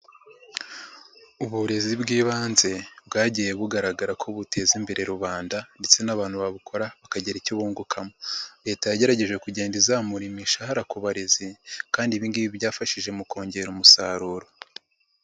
Uburezi bw'ibanze bwagiye bugaragara ko buteza imbere rubanda ndetse n'abantu babukora bakagira icyo bungukamo. Leta yagerageje kugenda izamura imishahara ku barezi kandi ibi ngibi byafashije mu kongera umusaruro.